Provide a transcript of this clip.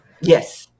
Yes